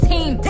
Team